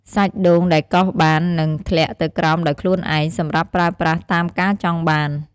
សាច់ដូងដែលកោសបាននឹងធ្លាក់ទៅក្រោមដោយខ្លួនឯង សម្រាប់ប្រើប្រាស់តាមការចង់បាន។